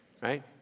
right